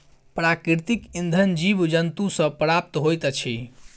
प्राकृतिक इंधन जीव जन्तु सॅ प्राप्त होइत अछि